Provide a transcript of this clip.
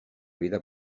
vida